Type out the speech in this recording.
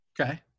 Okay